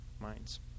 minds